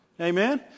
amen